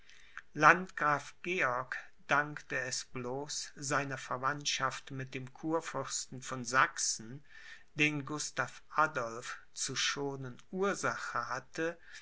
landgraf georg dankte es bloß seiner verwandtschaft mit dem kurfürsten von sachsen den gustav adolph zu schonen ursache hatte